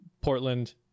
Portland